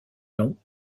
longs